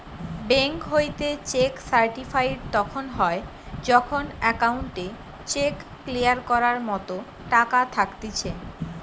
bank হইতে cheque certified তখন হয় যখন অ্যাকাউন্টে চেক ক্লিয়ার করার মতো টাকা থাকতিছে